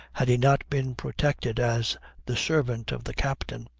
had he not been protected as the servant of the captain.